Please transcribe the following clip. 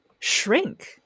shrink